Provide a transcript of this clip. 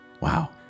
Wow